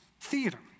theater